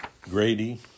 Grady